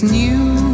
new